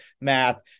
math